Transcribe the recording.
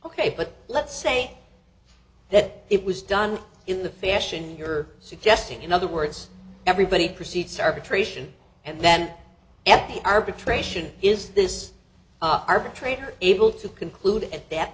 ok but let's say that it was done in the fashion you're suggesting in other words everybody proceeds arbitration and then at the arbitration is this arbitrator able to conclude at that